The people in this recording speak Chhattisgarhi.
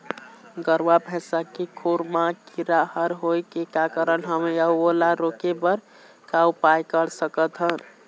गरवा भैंसा के खुर मा कीरा हर होय का कारण हवए अऊ ओला रोके बर का उपाय कर सकथन?